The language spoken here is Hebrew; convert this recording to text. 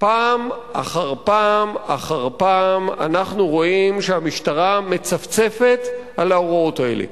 פעם אחר פעם אחר פעם אנחנו רואים שהמשטרה מצפצפת על ההוראות האלה.